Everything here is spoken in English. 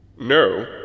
No